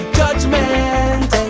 judgment